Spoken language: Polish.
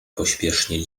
pośpiesznie